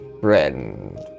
friend